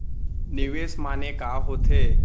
निवेश माने का होथे?